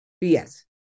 yes